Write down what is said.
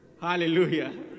Hallelujah